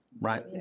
right